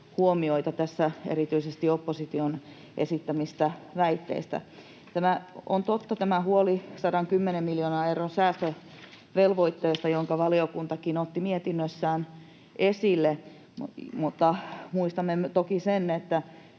huomioita tässä erityisesti opposition esittämistä väitteistä. On totta tämä huoli 110 miljoonan euron säästövelvoitteesta, jonka valiokuntakin otti mietinnössään esille, mutta muistamme toki sen, että